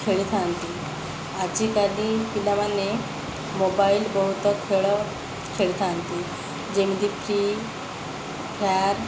ଖେଳିଥାନ୍ତି ଆଜିକାଲି ପିଲାମାନେ ମୋବାଇଲ୍ ବହୁତ ଖେଳ ଖେଳିଥାନ୍ତି ଯେମିତି ଫ୍ରି ଫାୟାର୍